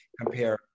compare